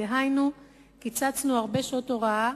דהיינו קיצצנו הרבה שעות הוראה.